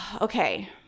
okay